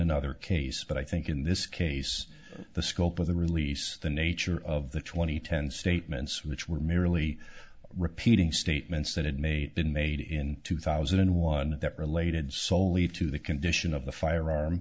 another case but i think in this case the scope of the release the nature of the two thousand and ten statements which were merely repeating statements that it may been made in two thousand and one that related soley to the condition of the firearm